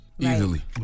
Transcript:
easily